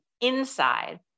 inside